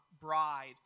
bride